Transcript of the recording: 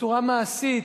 בצורה מעשית,